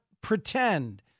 pretend